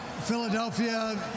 Philadelphia